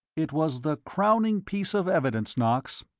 it was the crowning piece of evidence, knox,